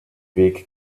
weg